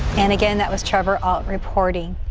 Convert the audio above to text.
and again that was charter all reporting.